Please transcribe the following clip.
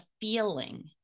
feeling